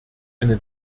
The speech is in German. eine